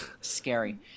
Scary